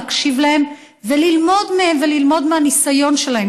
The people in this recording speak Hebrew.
להקשיב להם וללמוד מהם וללמוד מהניסיון שלהם.